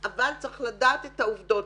אבל הן מצביעות ברגליים.